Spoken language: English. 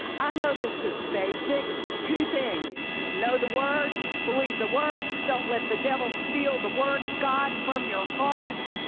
i know this is basic. two things know the word believe the word. don't let the devil steal the word of god from your heart,